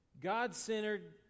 God-centered